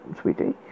sweetie